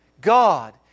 God